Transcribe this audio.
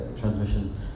transmission